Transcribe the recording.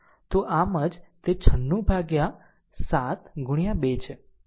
તો આમ જ તે 96 by 7 ગુણ્યા 2 છે